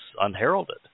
unheralded